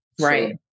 Right